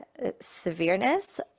severeness